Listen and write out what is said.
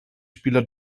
spieler